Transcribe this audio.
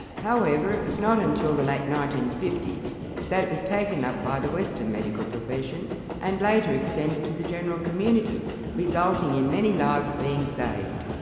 however, it was not until the late nineteen fifty s that it was taken up by the western medical profession and later extended to the general community resulting in many lives being saved.